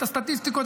את הסטטיסטיקות,